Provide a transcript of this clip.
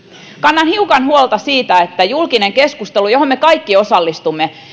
kannan hiukan huolta siitä että julkinen keskustelu johon me kaikki osallistumme